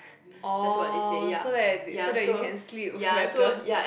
orh so that so that you can sleep better